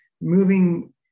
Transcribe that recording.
moving